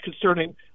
concerning